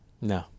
No